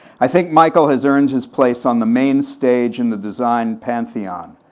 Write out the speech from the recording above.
i think michael has earned his place on the main stage in the design pantheon,